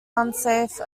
unsafe